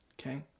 okay